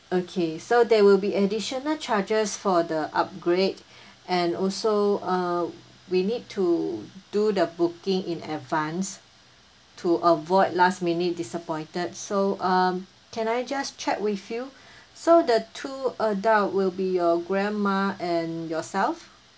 okay so there will be additional charges for the upgrade and also uh we need to do the booking in advance to avoid last minute disappointed so um can I just check with you so the two adult will be your grandma and yourself